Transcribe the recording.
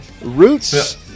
Roots